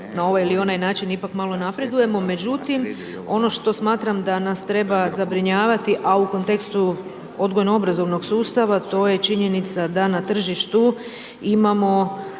na ovaj ili onaj način ipak malo napredujemo, međutim ono što smatram da nas treba zabrinjavati a u kontekstu odgojno-obrazovnog sustava, to je činjenica da na tržištu imamo